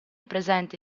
presenti